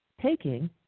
taking